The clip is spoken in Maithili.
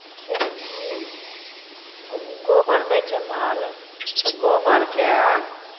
खेत गो गोबर दै छै माल तऽ गोबरके